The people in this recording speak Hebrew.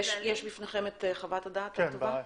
יש בפניכם את חוות הדעת הכתובה?